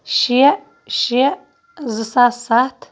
شےٚ شےٚ زٕ ساس سَتھ